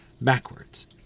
backwards